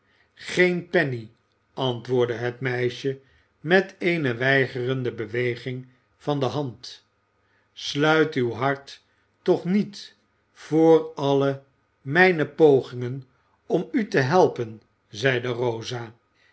geen penny antwoordde het meisje met eene weigerende beweging der hand sluit uw hart toch niet voor alle mijne pogingen om u te helpen zeide rosa